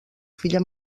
filla